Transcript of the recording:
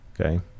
okay